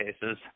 cases